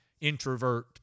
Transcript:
introvert